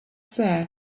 said